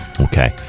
okay